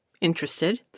Interested